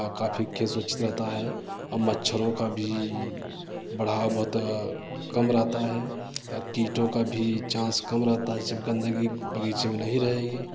काफ़ी खेत सुरक्षित रहता है और मच्छरों का भी बढ़ाव बहुत कम रहता है और कीटों का भी चान्स कम रहता है गंदगी बगीचे में नहीं रहेगी